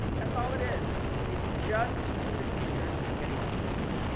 that's all it is. it's just keeping the computers from getting confused.